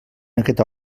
aquesta